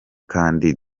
kandi